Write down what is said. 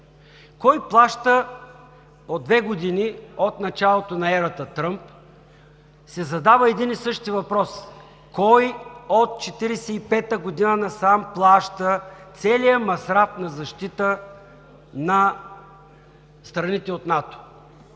Кой плаща? От две години, от началото на ерата Тръмп, се задава един и същи въпрос: кой от 1945 година насам плаща целия масраф на защита на страните от НАТО?